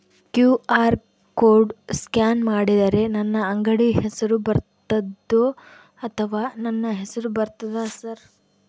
QR code scan ಮಾಡಿದರೆ ನನ್ನ ಅಂಗಡಿ ಹೆಸರು ಬರ್ತದೋ ಅಥವಾ ನನ್ನ ಹೆಸರು ಬರ್ತದ ಸರ್?